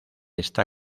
está